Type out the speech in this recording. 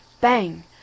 bang